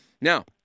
Now